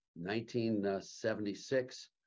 1976